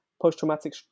post-traumatic